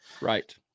Right